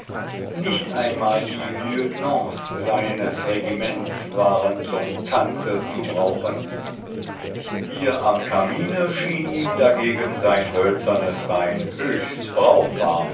nicht einmal die lieutenants seines regiments waren zum tanze zu brauchen hier am kamine schien ihm dagegen sein hölzernes bein höchst brauchbar